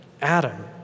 Adam